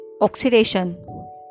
oxidation